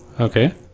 Okay